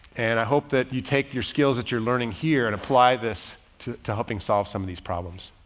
and i hope that you take your skills that you're learning here and apply this to to helping solve some of these problems.